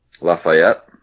Lafayette